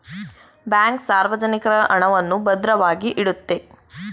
bank ಸಾರ್ವಜನಿಕರ ಹಣವನ್ನು ಭದ್ರವಾಗಿ ಇಡುತ್ತೆ